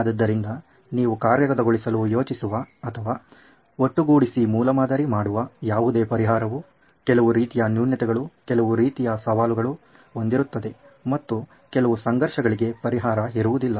ಆದ್ದರಿಂದ ನೀವು ಕಾರ್ಯಗತಗೊಳಿಸಲು ಯೋಚಿಸುವ ಅಥವಾ ಒಟ್ಟುಗುಡಿಸಿ ಮೂಲಮಾದರಿ ಮಾಡುವ ಯಾವುದೇ ಪರಿಹಾರವು ಕೆಲವು ರೀತಿಯ ನ್ಯೂನತೆಗಳು ಕೆಲವು ರೀತಿಯ ಸವಾಲುಗಳು ಹೋದಿರುತ್ತದೆ ಮತ್ತು ಕೆಲವು ಸಂಘರ್ಷಗಳಿಗೆ ಪರಿಹಾರ ಇರುವುದಿಲ್ಲ